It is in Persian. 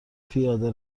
پیاده